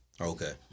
Okay